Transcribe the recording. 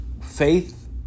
faith